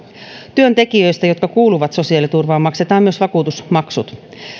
työntekijöistä jotka kuuluvat sosiaaliturvaan maksetaan myös vakuutusmaksut